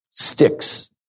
Sticks